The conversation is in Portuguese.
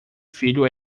filho